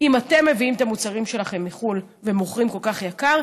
אם אתם מביאים את המוצרים שלכם מחו"ל ומוכרים כל כך יקר,